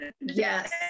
yes